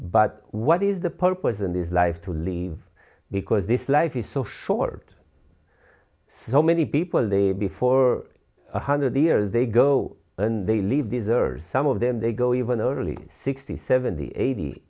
but what is the purpose in this life to leave because this life is so short saw many people there before one hundred years they go and they leave this earth some of them they go even early sixty seventy eighty